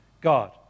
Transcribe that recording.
God